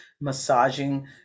massaging